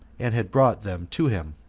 and had brought them to him.